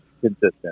consistent